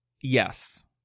Yes